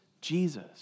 Jesus